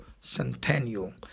centennial